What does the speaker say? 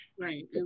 Right